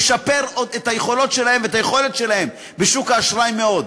משפר את היכולות שלהם ואת היכולת שלהם בשוק האשראי מאוד.